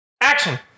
Action